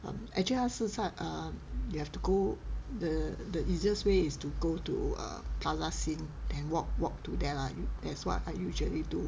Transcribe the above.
um actually 它是在 err you have to go the the easiest way is to go to err plaza sing and walk walk to there lah that's what I usually do